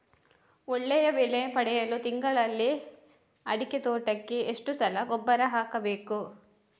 ಒಳ್ಳೆಯ ಬೆಲೆ ಪಡೆಯಲು ತಿಂಗಳಲ್ಲಿ ಅಡಿಕೆ ತೋಟಕ್ಕೆ ಎಷ್ಟು ಸಲ ಗೊಬ್ಬರ ಹಾಕಬೇಕು?